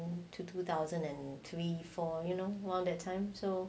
two two thousand and three four you know one of that time so